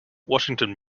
washington